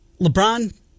LeBron